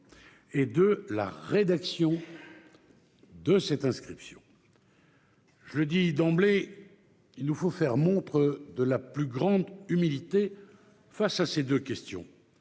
et de la rédaction de cette inscription. Je le dis d'emblée, il nous faut faire montre de la plus grande humilité relativement à ces deux questions.